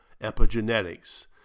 epigenetics